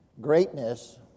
Greatness